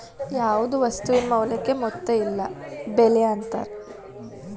ಯಾವ್ದ್ ವಸ್ತುವಿನ ಮೌಲ್ಯಕ್ಕ ಮೊತ್ತ ಇಲ್ಲ ಬೆಲೆ ಅಂತಾರ